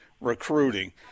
recruiting